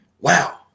wow